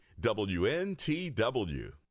WNTW